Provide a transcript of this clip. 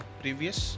previous